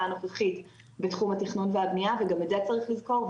הנוכחית בתחום התכנון והבנייה וגם את זה צריך לזכור,